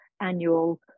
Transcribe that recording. annual